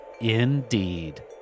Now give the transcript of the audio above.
Indeed